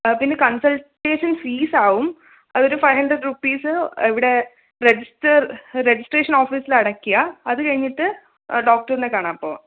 പിന്നെ consultation fee ആകും അതൊരു ഫൈവ് ഹൺഡ്രഡ് റുപ്പീസ് ഇവിടെ രജിസ്റ്റർ രജിസ്ട്രഷേൻ ഓഫീസിൽ അടക്കുക അതുകഴിഞ്ഞിട്ട് ഡോക്ടറിനെ കാണാം അപ്പോൾ